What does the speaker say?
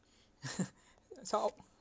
that's how